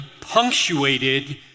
punctuated